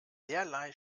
derlei